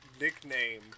nickname